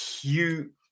cute